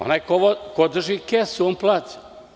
Onaj ko drži kesu, on plati.